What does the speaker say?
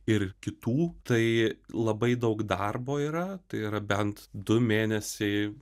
ir kitų tai labai daug darbo yra tai yra bent du mėnesiai